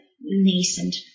nascent